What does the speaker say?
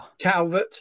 Calvert